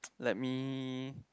let me